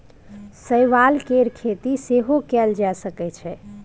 शैवाल केर खेती सेहो कएल जा सकै छै